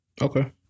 okay